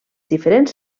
diferents